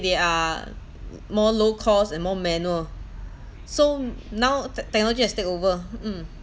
they are more low cost and more manual so now tech technology has take over mm